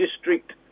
District